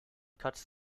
cuts